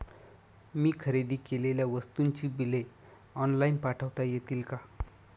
मी खरेदी केलेल्या वस्तूंची बिले ऑनलाइन पाठवता येतील का?